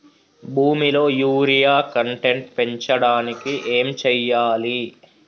భూమిలో urea content పెంచడానికి ఏం చేయాలి?